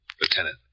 Lieutenant